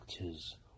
actors